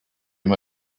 him